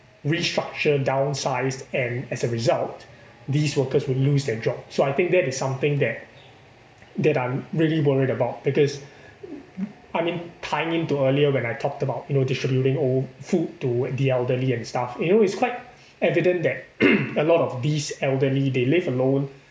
restructure downsized and as a result these workers will lose their job so I think that is something that that I'm really worried about because I mean tying in to earlier when I talked about you know distributing old food to the elderly and stuff you know it's quite evident that a lot of these elderly they live alone